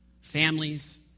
Families